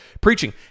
preaching